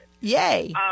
Yay